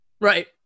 Right